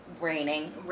raining